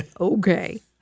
Okay